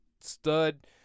stud